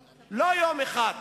עצובה, עם ילדיה, ללא כלום,